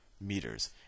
meters